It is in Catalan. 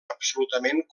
absolutament